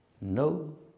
no